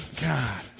God